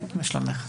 מה שלומך?